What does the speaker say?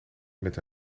met